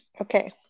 Okay